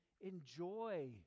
enjoy